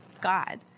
God